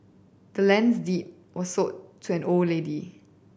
the land's deed was sold to old lady